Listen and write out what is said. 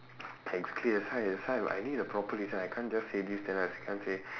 exactly that's why that's why I need a proper reason I can't just say this then I can't say